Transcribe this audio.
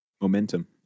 Momentum